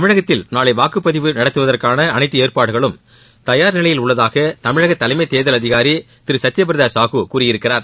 தமிழகத்தில் நாளைவாக்குப்பதிவு நடத்துவதற்கானஅனைத்துஏற்பாடுகளும் தயார் நிலையில் உள்ளதாகதமிழகதலைமைதேர்தல் அதிகாரிதிருசத்தியப்பிரதசாஹு கூறியிருக்கிறார்